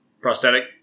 prosthetic